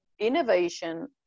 innovation